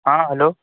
हँ हेलो